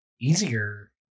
easier